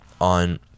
on